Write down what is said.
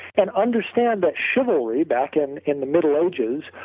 and understand that chivalry back in in the middle ages,